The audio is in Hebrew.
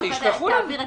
אתה רוצה שהוא יעביר אלינו?